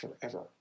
forever